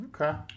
Okay